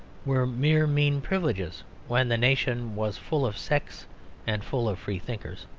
were mere mean privileges when the nation was full of sects and full of freethinkers.